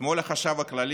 אתמול החשב הכללי